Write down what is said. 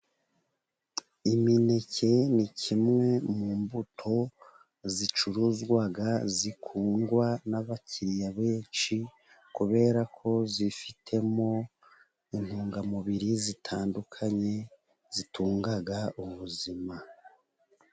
Imineke ni kimwe mu mbuto zicuruzwa, zikundwa n'abakiriya benshi, kubera ko zifitemo intungamubiri zitandukanye, zitunga ubuzima.